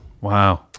Wow